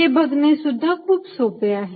हे बघणे सुद्धा खूप सोपे आहे